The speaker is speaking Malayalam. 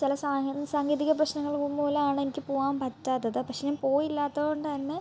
ചില സാഹ സാങ്കേതിക പ്രശ്നങ്ങൾ മൂലമാണ് എനിക്ക് പോകാൻ പറ്റാത്തത് പക്ഷെ ഞാൻ പോയില്ലാത്തത് കൊണ്ട് തന്നെ